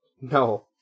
No